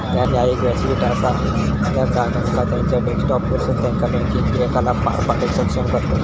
ह्या एक व्यासपीठ असा ज्या ग्राहकांका त्यांचा डेस्कटॉपवरसून त्यांचो बँकिंग क्रियाकलाप पार पाडूक सक्षम करतत